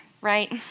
right